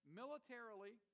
militarily